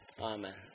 amen